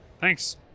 Thanks